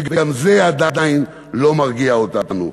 וגם זה עדיין לא מרגיע אותנו.